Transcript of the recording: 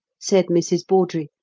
said mrs. bawdrey,